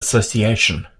association